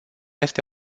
este